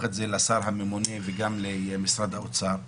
את זה לשר הממונה וגם למשרד האוצר.